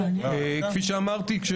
כפי אמרתי,